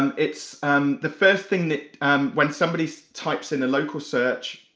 and it's and the first thing that um when somebody types in a local search,